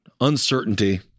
uncertainty